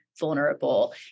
vulnerable